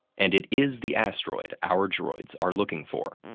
and it is the asteroid our droids are looking for.